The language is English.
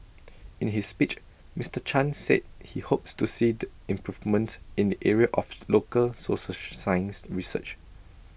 in his speech Mister chan said he hopes to see the improvements in the area of local social science research